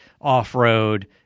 off-road